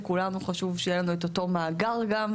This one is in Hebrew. לכולנו חשוב שיהיה לנו את אותו מאגר גם.